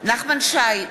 נחמן שי,